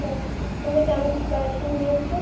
তা তুমি কেমন প্রিপারেশান নিয়েছো